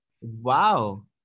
Wow